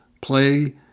play